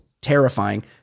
terrifying